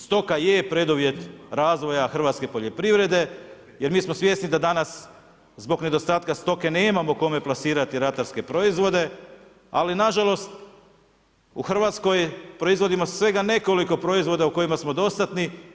Stoka je preduvjet razvoja hrvatske poljoprivrede, jer mi smo svjesni da danas, zbog nedostatka stoke, nemamo kome plasirati ratarske proizvode, ali nažalost, u Hrvatskoj proizvodimo svega nekoliko proizvoda u kojima smo dostatni.